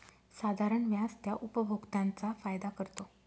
साधारण व्याज त्या उपभोक्त्यांचा फायदा करतो